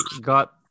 got